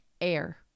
Air